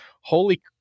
holy